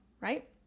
Right